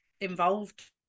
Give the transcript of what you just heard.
involved